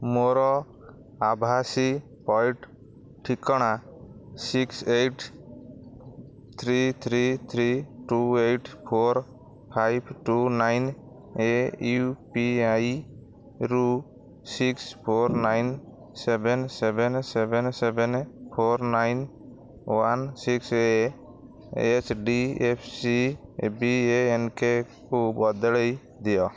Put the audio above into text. ମୋର ଆଭାସୀ ପଇଠ ଠିକଣା six eight three three three two eight four five two nine ଏୟୁପିଆଇରୁ six four nine seven seven seven seven four nine one six A H D F C ବିଏଏନ୍କେକୁ ବଦଳାଇ ଦିଅ